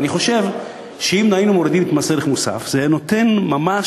ואני חושב שאם היינו מורידים את מס ערך מוסף זה היה נותן ממש